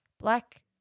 Black